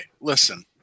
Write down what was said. listen